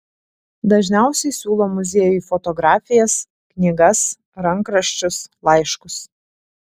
dažniausiai siūlo muziejui fotografijas knygas rankraščius laiškus